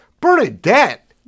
Bernadette